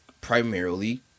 primarily